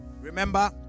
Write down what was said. Remember